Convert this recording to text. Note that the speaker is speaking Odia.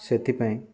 ସେଥିପାଇଁ